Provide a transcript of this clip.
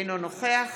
אינו נוכח